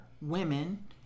women